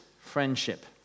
friendship